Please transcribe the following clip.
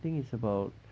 I think it's about